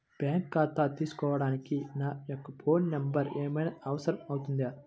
Bank ఖాతా తీసుకోవడానికి నా యొక్క ఫోన్ నెంబర్ ఏమైనా అవసరం అవుతుందా?